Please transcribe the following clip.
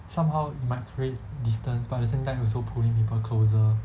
somehow might create distance but at the same time also pulling people closer